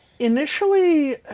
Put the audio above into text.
Initially